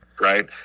right